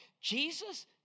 Jesus